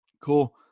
cool